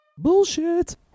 Bullshit